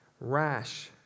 rash